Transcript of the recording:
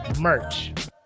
merch